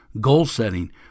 Goal-setting